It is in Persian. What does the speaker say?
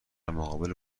مقابل